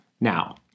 now